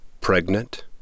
Pregnant